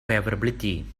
favorability